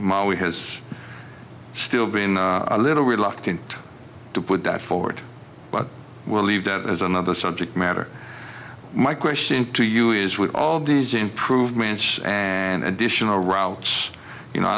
molly has still been a little reluctant to put that forward but we'll leave that as another subject matter my question to you is with all of these improvements and additional routes you know